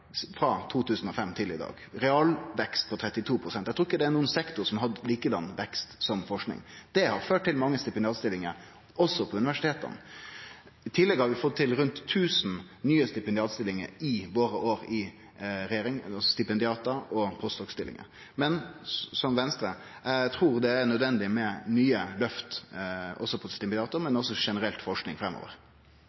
frå 2005 til i dag. Med ein realvekst på 32 pst. trur eg ikkje det er nokon annan sektor som har hatt same veksten som forsking. Det har ført til mange stipendiatstillingar også på universiteta. I tillegg har vi fått til rundt 1 000 nye stipendiat- og postdokstillingar i åra våre i regjering. Men som Venstre trur eg det er nødvendig med nye løft for stipendiatar, men også